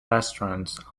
restaurants